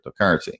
cryptocurrency